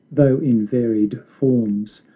though in varied forms,